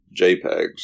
JPEGs